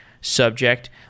subject